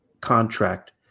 contract